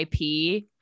ip